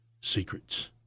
secrets